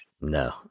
No